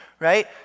Right